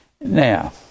Now